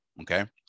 okay